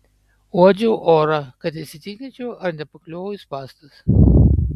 uodžiau orą kad įsitikinčiau ar nepakliuvau į spąstus